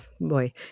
Boy